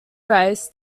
rice